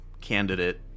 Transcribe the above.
candidate